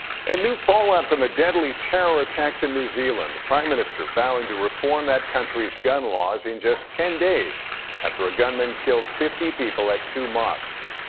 and new fallout from the deadly terror attacks in new zealand. the prime minister vowing to reform that country's gun laws in just ten days after a gunman killed fifty people at two mosques.